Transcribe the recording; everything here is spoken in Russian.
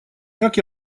как